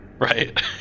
Right